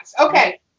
Okay